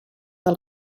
del